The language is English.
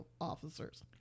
officers